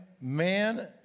man